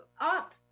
up